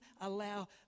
allow